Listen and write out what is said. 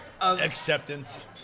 Acceptance